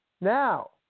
Now